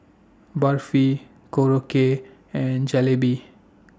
Barfi Korokke and Jalebi